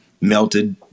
melted